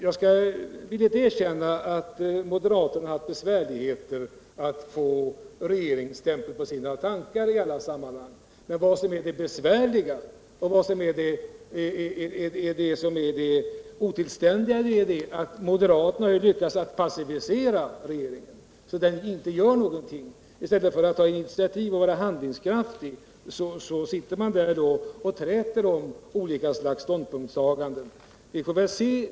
Jag skall villigt erkänna att moderaterna i bostadssammanhang haft besvärligheter att få regeringens stämpel på sina tankar. Vad som är det besvärliga och det otillständiga är ju att moderaterna har lyckats passivera regeringen, så att den inte gör någonting. I stället för att ta initiativ och vara handlingskraftig sitter man och träter om olika slags ståndpunktstaganden.